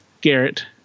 Garrett